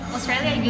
Australia